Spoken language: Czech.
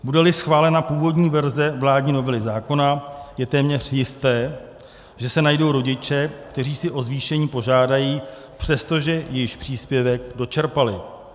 Budeli schválena původní verze vládní novely zákona, je téměř jisté, že se najdou rodiče, kteří si o zvýšení požádají, přestože již příspěvek dočerpali.